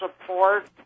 support